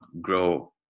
grow